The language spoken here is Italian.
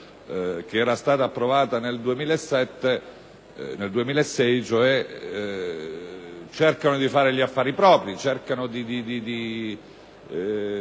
che era stata approvata nel 2006, cercano di fare gli affari propri, abbassando fino